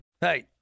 Hey